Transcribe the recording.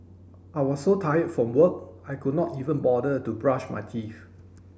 I was so tired from work I could not even bother to brush my teeth